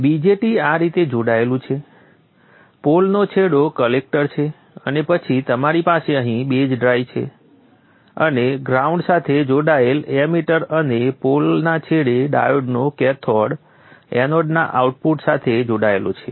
BJT આ રીતે જોડાયેલું છે પોલનો છેડો કલેક્ટર છે અને પછી તમારી પાસે અહીં બેઝ ડ્રાઇવ છે અને ગ્રાઉન્ડ સાથે જોડાયેલ એમિટર અને પોલના છેડે ડાયોડનો કેથોડ એનોડના આઉટપુટ સાથે જોડાયેલો હોય છે